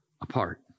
apart